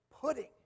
pudding